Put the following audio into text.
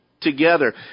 together